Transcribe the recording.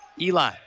Eli